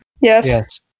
Yes